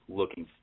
looking